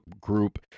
group